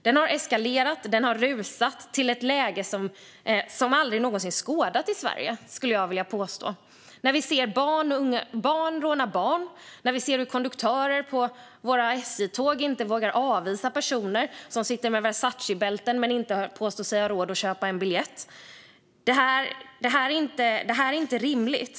Den har rusat till ett läge som aldrig någonsin skådats i Sverige, skulle jag vilja påstå. Vi ser barn råna barn. Vi ser hur konduktörer på våra SJ-tåg inte vågar avvisa personer som sitter med Versacebälten men påstår sig inte ha råd att köpa en biljett. Detta är inte rimligt.